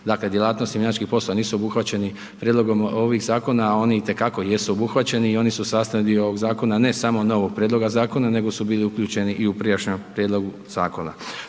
dakle, djelatnosti mjenjačkih poslova nisu obuhvaćeni prijedlogom ovih zakona, oni itekako jesu obuhvaćeni i oni su sastavni dio ovog zakona, ne samo novog prijedloga zakona, nego su bili uključeni i u prijašnjem prijedlogu zakona.